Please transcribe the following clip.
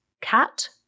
Cat